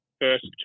first